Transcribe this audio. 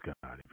God